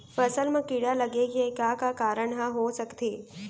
फसल म कीड़ा लगे के का का कारण ह हो सकथे?